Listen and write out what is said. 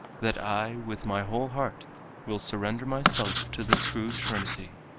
that i with my whole heart will surrender myself to the true trinity,